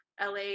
LA